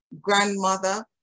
grandmother